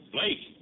Blake